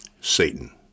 Satan